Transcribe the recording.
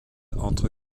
entre